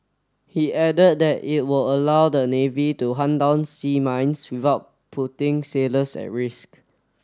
he added that it will allow the navy to hunt down sea mines without putting sailors at risk